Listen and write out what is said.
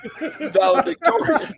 valedictorian